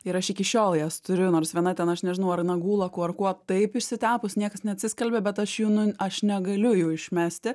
ir aš iki šiol jas turiu nors viena ten aš nežinau ar nagų laku ar kuo taip išsitepus niekas neatsiskalbė bet aš jų nu aš negaliu jų išmesti